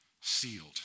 Sealed